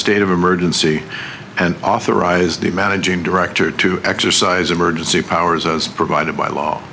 state of emergency and authorize the managing director to exercise emergency powers as provided by law